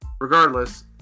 Regardless